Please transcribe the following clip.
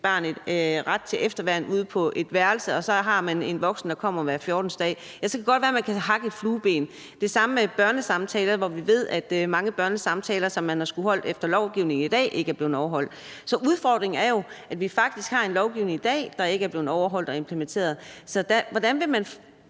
et barn ret til efterværn ude på et værelse, og så har man en voksen, der kommer hver 14. dag. Så kan det godt være, man kan sætte et flueben. Men det er det samme med børnesamtaler, hvor vi ved, at mange børnesamtaler, som man har skullet holde efter lovgivningen i dag, ikke er blevet holdt. Så udfordringen er jo, at vi faktisk har en lovgivning i dag, der ikke er blevet overholdt og implementeret. Så hvordan vil man